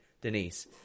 Denise